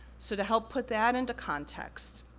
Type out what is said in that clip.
so, to help put that into context,